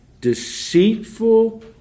deceitful